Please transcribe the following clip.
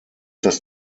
das